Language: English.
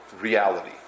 reality